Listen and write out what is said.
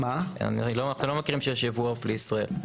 אנחנו לא מכירים שיש ייבוא עוף לישראל.